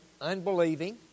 unbelieving